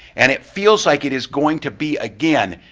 and it feels like it is going to be, again,